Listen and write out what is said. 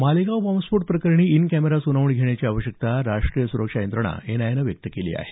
Malegaon bomb स्फोट प्रकरणी in camera सुनावणी घेण्याची आवश्यकता राष्ट्रीय सुरक्षा यंत्रणा एनआयएनं व्यक्त केली आहे